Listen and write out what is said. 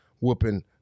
whooping